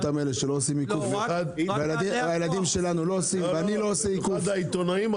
לי יש אחד.